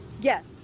Yes